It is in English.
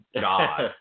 God